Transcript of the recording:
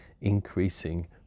increasing